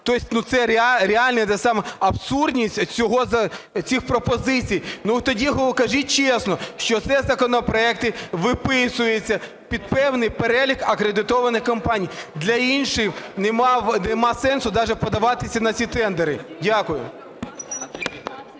товар. Це реальна абсурдність цих пропозицій. Тоді кажіть чесно, що це законопроекти виписуються під певний перелік акредитованих компаній. Для інших нема сенсу даже подаватися на ці тендери. Дякую.